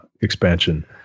expansion